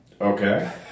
Okay